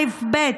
אלף-בית,